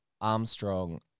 armstrong